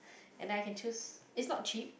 and then I can choose it's not cheap